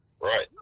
Right